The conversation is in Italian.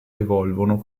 evolvono